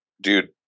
Dude